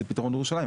זה פתרון לירושלים,